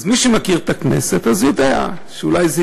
אז מי שמכיר את הכנסת יודע שאולי זאת